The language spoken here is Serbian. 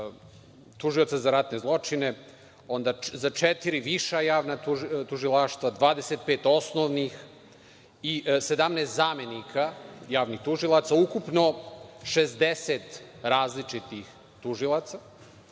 tužioca za ratne zločine, onda za četiri viša javna tužilaštva, 25 osnovnih i 17 zamenika javnih tužilaca. Ukupno 60 različitih tužilaca.